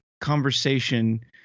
conversation